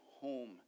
home